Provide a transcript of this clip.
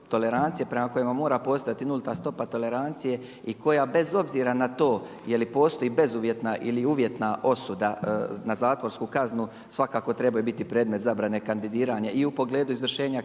prema kojima mora postojati nulta stopa tolerancije i koja bez obzira na to je li postoji bezuvjetna ili uvjetna osuda na zatvorsku kaznu svakako trebaju biti predmet zabrane kandidiranja. I u pogledu izvršenja